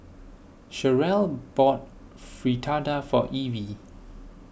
Cherrelle bought Fritada for Evie